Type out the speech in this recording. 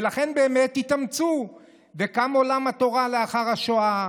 ולכן באמת התאמצו וקם עולם התורה לאחר השואה: